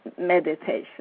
meditation